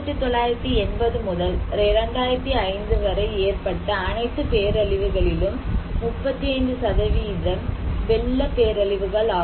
1980 முதல் 2005 வரை ஏற்பட்ட அனைத்து பேரழிவுகளிலும் 35 வெள்ள பேரழிவுகள் ஆகும்